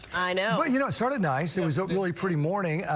i know you know sort of nice it was only only pretty morning.